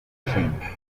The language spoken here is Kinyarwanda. inshinga